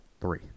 three